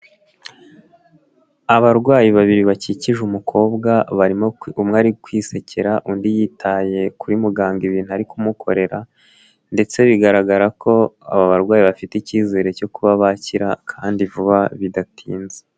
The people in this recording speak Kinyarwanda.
Abarwayi babiri bakikije umukobwa, barimo umwe ari kwisekera undi yitaye kuri muganga ibintu ari kumukorera ndetse bigaragara ko aba barwayi bafite icyizere cyo kubabakira kandi vuba bidatinze.